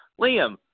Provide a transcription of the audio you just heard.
Liam